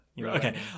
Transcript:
Okay